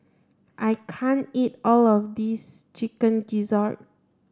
I can't eat all of this chicken gizzard